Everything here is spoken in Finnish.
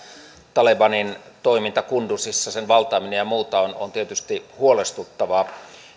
talebanin toiminta kunduzissa sen valtaaminen ja muuta on tietysti huolestuttavaa